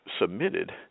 submitted